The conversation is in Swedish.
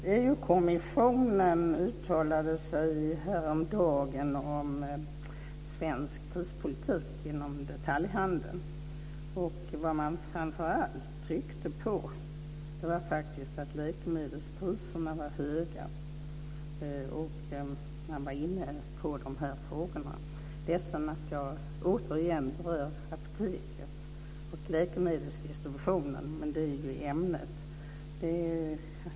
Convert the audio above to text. Fru talman! EU-kommissionen uttalade sig häromdagen om svensk prispolitik inom detaljhandeln. Vad man framför allt tryckte på var faktiskt att läkemedelspriserna var höga. Man var inne på de här frågorna. Jag är ledsen att jag återigen berör apoteket och läkemedelsdistributionen, men det är ju ämnet.